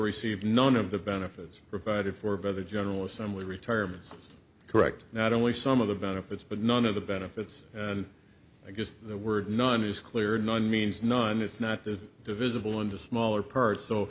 receive none of the benefits provided for by the general assembly retirements correct not only some of the benefits but none of the benefits against the word none is clear or none means none it's not the divisible into smaller parts